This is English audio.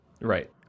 Right